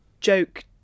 joke